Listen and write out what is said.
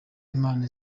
imana